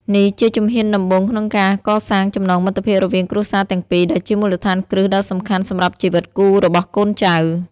នេះជាជំហានដំបូងក្នុងការកសាង ចំណងមិត្តភាពរវាងគ្រួសារទាំងពីរ ដែលជាមូលដ្ឋានគ្រឹះដ៏សំខាន់សម្រាប់ជីវិតគូរបស់កូនចៅ។